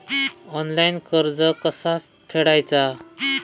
Online कर्ज कसा फेडायचा?